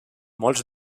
molts